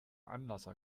anlasser